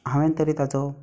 हांवें तरी ताचो